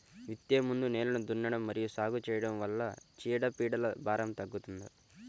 విత్తే ముందు నేలను దున్నడం మరియు సాగు చేయడం వల్ల చీడపీడల భారం తగ్గుతుందా?